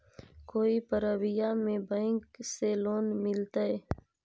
कोई परबिया में बैंक से लोन मिलतय?